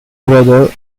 brother